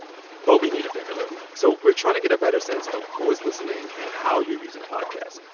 but we need a favor, though. so we're trying to get a better sense of who is listening and how you're using podcasts.